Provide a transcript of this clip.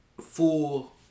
full